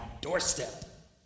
doorstep